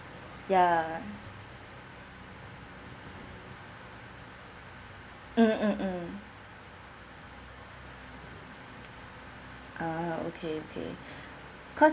ya mm mm mm ah okay okay cause